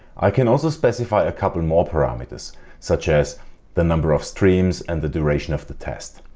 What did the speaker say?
i can also specify a couple and more parameters such as the number of streams and the duration of the test.